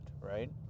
right